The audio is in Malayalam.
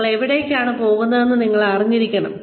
നിങ്ങൾ എവിടേക്കാണ് പോകുന്നതെന്ന് നിങ്ങൾ അറിഞ്ഞിരിക്കണം